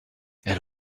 elle